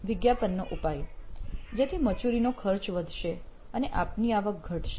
વિજ્ઞાપનનો ઉપાય જેથી મજૂરીનો ખર્ચ વધશે અને આપની આવક ઘટશે